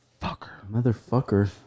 Motherfucker